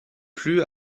plus